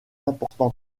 important